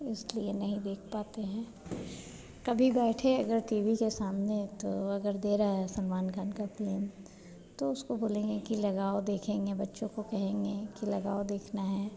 इसलिए नहीं देख पाते हैं कभी बैठे अगर टी वी के सामने तो अगर दे रहा है सलमान खान की फिल्म तो उसको बोलेंगे कि लगाओ देखेंगे बच्चों को कहेंगे कि लगाओ देखना है